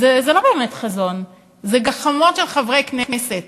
אז זה לא באמת חזון, זה גחמות של חברי כנסת.